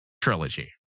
trilogy